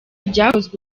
byakozwe